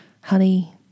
Honey